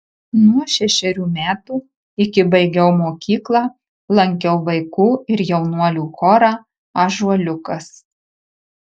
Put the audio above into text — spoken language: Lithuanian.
nuo šešerių metų iki baigiau mokyklą lankiau vaikų ir jaunuolių chorą ąžuoliukas